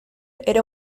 era